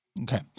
Okay